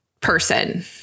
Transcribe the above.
person